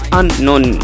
unknown